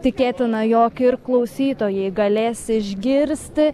tikėtina jog ir klausytojai galės išgirsti